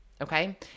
okay